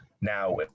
now